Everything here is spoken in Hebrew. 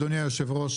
אדוני היושב-ראש,